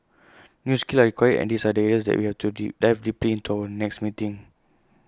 new skills are required and these are that areas we have to dive deeply into in our next meeting